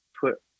put